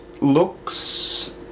looks